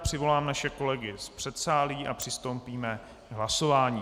Přivolám naše kolegy z předsálí a přistoupíme k hlasování.